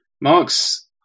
Marx